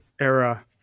era